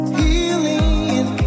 healing